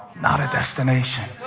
not a destination?